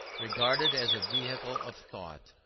regarded as a vehicle of thought,